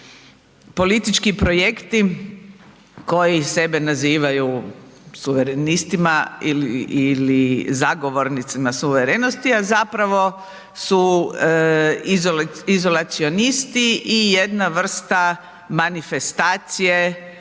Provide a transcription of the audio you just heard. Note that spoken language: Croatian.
politički projekti koji sebe nazivaju suverenistima ili zagovornicima suverenosti a zapravo su izolacionisti i jedna vrsta manifestacije